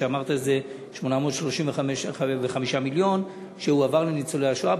שאמרת שזה 835 מיליון שהועברו לניצולי השואה.